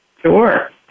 Sure